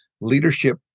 leadership